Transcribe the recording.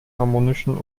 harmonischen